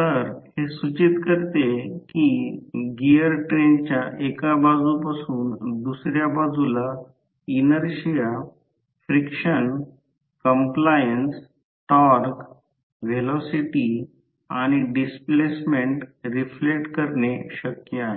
तर हे सूचित करते की गिअर ट्रेनच्या एका बाजू पासून दुसर्या बाजूला inertia friction compliance torque velocity आणि डिस्प्लेसमेंट रिफ्लेक्ट करणे शक्य आहे